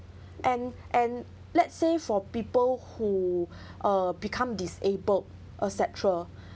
and and let's say for people who uh become disabled etcetera